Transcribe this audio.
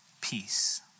peace